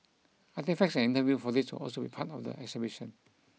artefacts and interview footage will also be part of the exhibition